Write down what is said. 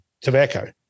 tobacco